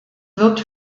wird